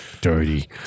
dirty